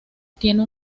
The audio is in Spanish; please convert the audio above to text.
tiene